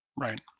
Right